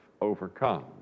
overcome